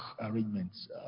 arrangements